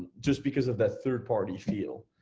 just because of that third party feel.